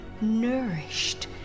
nourished